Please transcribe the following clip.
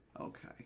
Okay